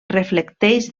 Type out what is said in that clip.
reflecteix